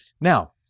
Now